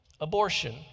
abortion